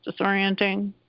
disorienting